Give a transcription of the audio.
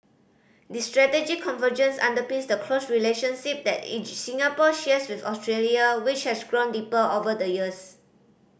this strategic convergence underpins the close relationship that Singapore shares with Australia which has grown deeper over the years